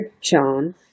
John